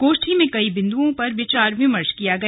गोष्ठी में कई बिंद्ओं पर विचार विमर्श किया गया